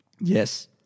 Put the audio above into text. Yes